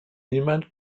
niemand